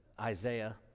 Isaiah